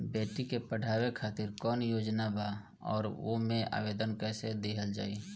बेटी के पढ़ावें खातिर कौन योजना बा और ओ मे आवेदन कैसे दिहल जायी?